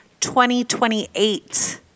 2028